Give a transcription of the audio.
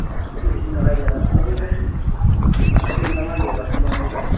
নাচপতি বেছি নালাগে নাচপতি নাচপতি সিমান মানেই দিব পাঁচ কিলোমানেই দিব